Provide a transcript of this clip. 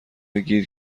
گیر